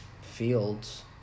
fields